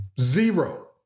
Zero